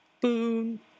Boom